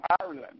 Ireland